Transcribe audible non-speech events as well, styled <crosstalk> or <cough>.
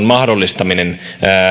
<unintelligible> mahdollistaminen